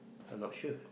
I not sure